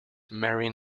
marian